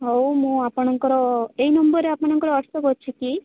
ହଉ ମୁଁ ଆପଣଙ୍କର ଏଇ ନମ୍ବର୍ରେ ଆପଣଙ୍କର ହ୍ୱାଟ୍ସଅପ୍ ଅଛି କି